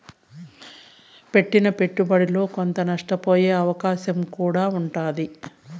పెట్టిన పెట్టుబడిలో కొంత నష్టపోయే అవకాశం కూడా ఉంటాది